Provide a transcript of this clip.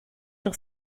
sur